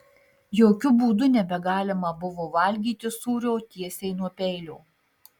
jokiu būdu nebegalima buvo valgyti sūrio tiesiai nuo peilio